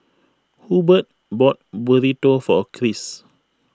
Hubbard bought Burrito for Kris